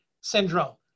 syndrome